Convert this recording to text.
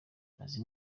imaze